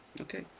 Okay